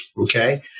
Okay